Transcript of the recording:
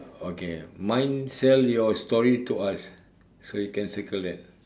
okay mine sell your story to us so you can circle that